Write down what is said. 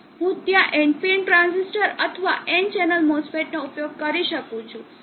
હું ત્યાં NPN transistor અથવા N ચેનલ MOSFETનો ઉપયોગ કરી શકું છું